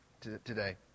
today